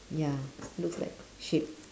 ya looks like sheep